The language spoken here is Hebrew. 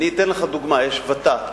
אני אתן לך דוגמה, יש ות"ת.